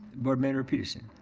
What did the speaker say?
board member petersen.